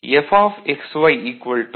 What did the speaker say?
Fxy x x'